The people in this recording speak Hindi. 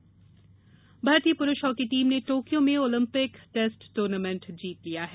हॉकी भारतीय पुरूष हॉकी टीम ने टोकियो में ओलंपिक टेस्ट टूर्नामेंट जीत लिया है